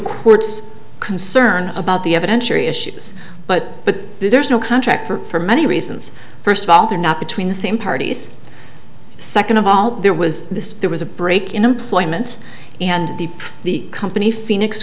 courts concerned about the evidence or issues but but there's no contract for many reasons first of all they're not between the same parties second of all there was this there was a break in employment and the company phoenix